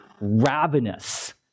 ravenous